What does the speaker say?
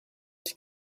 die